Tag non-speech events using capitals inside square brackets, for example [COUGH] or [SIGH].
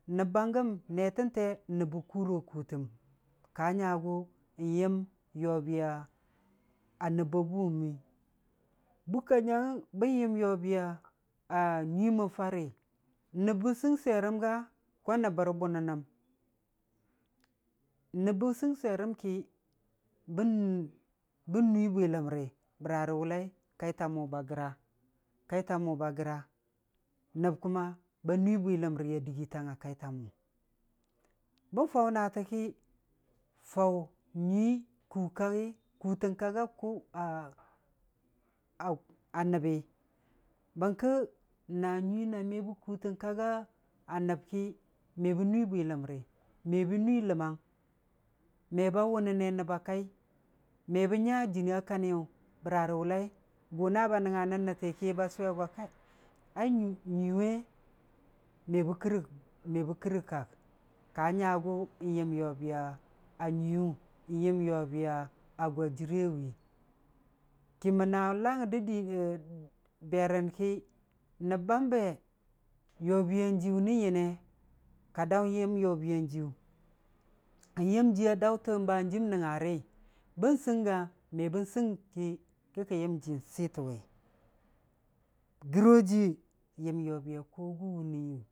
Na nəbba gəm nee tən tee n'nəb bə kuuro kuutəm, ka nyogʊ n'yəm yobiya nəb ba buuwʊnu, Bukka nyangngəng bən yəm yobiya nyui mən Fari, n'nəb bə sɨng swiyerəm ga, ko nəb bə rə bʊnənnəm, n'nəb bə sɨng swiyerəm ki, bən- bən nuii bwiləmri, bəra rə wʊllai, kaita mʊ ba gəra, kaita mʊ ba gəra, nəb kuma ba nuii bwiləriya dɨgutang a kaita mʊ. Bən Faʊ naatə ki, Fav nyuii ku kaggi, kutən kagga kʊ [HESITATION] kutən kagga nəbbi, bərkə naa nyuii na me bə kutən kagga nəb ki me bən nuii bwiləmri, me bən nuii ləmmang, me ba wunəne nəb a kai, me bən nya jɨna kaniyu, bora rə wʊllai, gʊ na ba nəngangə nən nətti ki ba sʊwe go kai, ai nyuli we me bə kɨrɨ-me bə kɨrɨ kag, ka nyagʊ n'yam yobiya nyuiiyu, n'yəm yobiya gwa jɨre we, kəmən naawʊa langngər də bii- a berən ki, nəb bam be yobiyan yiiyu nən nyəne? ka daʊ yəm yobiyan jiiyu, n'yəm jiiya daʊtən wʊ hanjiim nəng- ngari, bən sɨng ga me bən sɨng ki, ki kən yəm jiin sitən wi, gɨrojii yəm yobiya ko gən wunii.